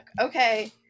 Okay